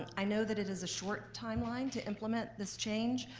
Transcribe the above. and i know that it is a short timeline to implement this change,